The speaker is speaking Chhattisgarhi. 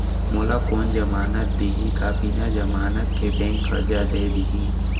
मोला कोन जमानत देहि का बिना जमानत के बैंक करजा दे दिही?